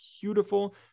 beautiful